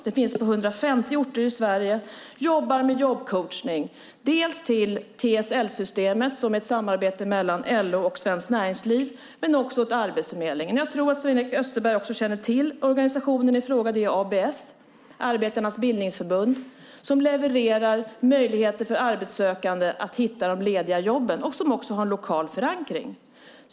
Den finns på 150 orter i Sverige och jobbar med jobbcoachning till TSL-systemet, som är ett samarbete mellan LO och Svenskt Näringsliv, men också åt Arbetsförmedlingen. Jag tror att Sven-Erik Österberg känner till organisationen i fråga. Det är ABF, Arbetarnas Bildningsförbund, som levererar möjligheter för arbetssökande att hitta de lediga jobben och som också har lokal förankring.